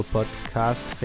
Podcast